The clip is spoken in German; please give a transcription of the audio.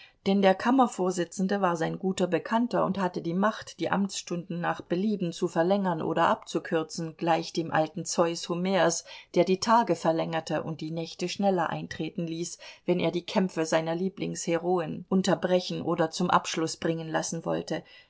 denn der kammervorsitzende war sein guter bekannter und hatte die macht die amtsstunden nach belieben zu verlängern oder abzukürzen gleich dem alten zeus homers der die tage verlängerte und die nächte schneller eintreten ließ wenn er die kämpfe seiner lieblingsheroen unterbrechen oder zum abschluß bringen lassen wollte